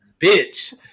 bitch